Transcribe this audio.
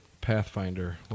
Pathfinder